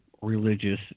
Religious